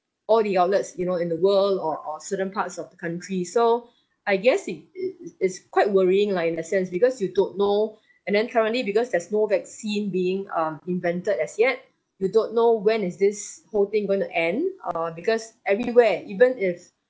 all the outlets you know in the world or or certain parts of the countries so I guess it it it's quite worrying lah in that sense because you don't know and then currently because there's no vaccine um being invented as yet you don't know when is this whole thing going to end uh because everywhere even if